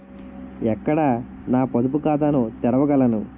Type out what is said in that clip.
ఎక్కడ నా పొదుపు ఖాతాను తెరవగలను?